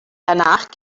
danach